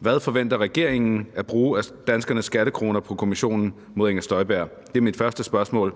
Hvad forventer regeringen at bruge af danskernes skattekroner på kommissionen mod Inger Støjberg? Det er mit første spørgsmål.